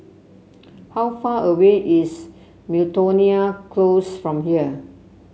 how far away is Miltonia Close from here